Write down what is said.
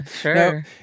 sure